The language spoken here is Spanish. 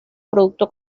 producto